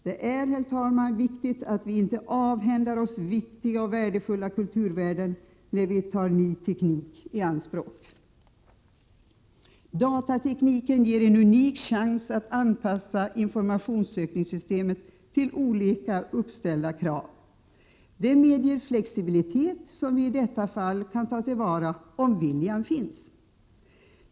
Det är, herr talman, viktigt att vi inte avhänder oss viktiga och värdefulla kulturvärden när vi tar ny teknik i anspråk. Datatekniken ger en unik chans att anpassa informationssökningssystemet till olika uppställda krav. Den medger flexibilitet, som vi i detta fall kan ta till vara om viljan finns.